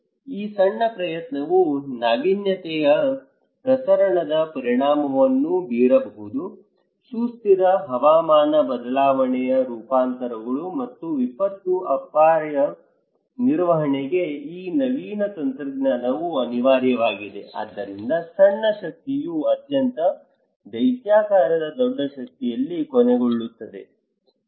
ಈ ಸಣ್ಣ ಪ್ರಯತ್ನವು ನಾವೀನ್ಯತೆಯ ಪ್ರಸರಣದ ಪರಿಣಾಮವನ್ನು ಬೀರಬಹುದು ಸುಸ್ಥಿರ ಹವಾಮಾನ ಬದಲಾವಣೆಯ ರೂಪಾಂತರಗಳು ಮತ್ತು ವಿಪತ್ತು ಅಪಾಯ ನಿರ್ವಹಣೆಗೆ ಈ ನವೀನ ತಂತ್ರಜ್ಞಾನವು ಅನಿವಾರ್ಯವಾಗಿದೆ ಆದ್ದರಿಂದ ಸಣ್ಣ ಶಕ್ತಿಯು ಅತ್ಯಂತ ದೈತ್ಯಾಕಾರದ ದೊಡ್ಡ ಶಕ್ತಿಯಲ್ಲಿ ಕೊನೆಗೊಳ್ಳುತ್ತದೆ ಸರಿ